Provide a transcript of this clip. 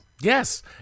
yes